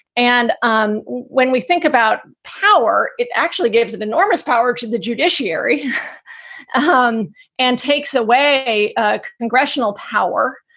and um when we think about power, it actually gives an enormous power to the judiciary um and takes away a congressional power.